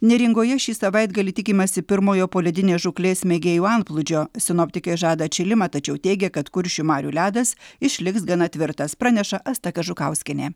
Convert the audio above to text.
neringoje šį savaitgalį tikimasi pirmojo poledinės žūklės mėgėjų antplūdžio sinoptikai žada atšilimą tačiau teigia kad kuršių marių ledas išliks gana tvirtas praneša asta kažukauskienė